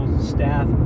Staff